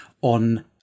on